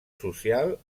social